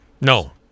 No